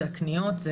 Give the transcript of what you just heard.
הקניות,